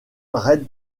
red